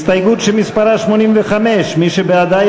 הסתייגות מס' 84 לסעיף 38(2). מי בעד ההסתייגות,